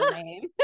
name